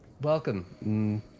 Welcome